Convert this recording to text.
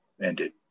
ended